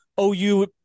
OU